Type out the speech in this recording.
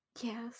Yes